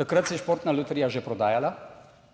Takrat se je Športna loterija že prodajala.